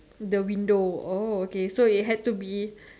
the window oh okay so it has to be